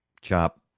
Chop